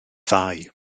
ddau